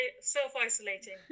self-isolating